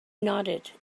nodded